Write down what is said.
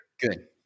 Good